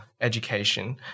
education